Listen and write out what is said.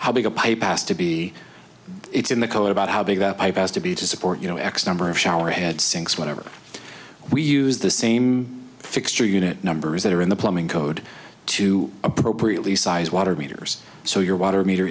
how big a bypass to be it's in the code about how big that bypass to be to support you know x number of shower head sinks whatever we use the same fixture unit numbers that are in the plumbing code to appropriately sized water meters so your water meter